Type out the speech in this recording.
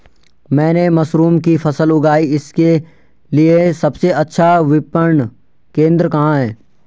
मैंने मशरूम की फसल उगाई इसके लिये सबसे अच्छा विपणन केंद्र कहाँ है?